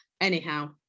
Anyhow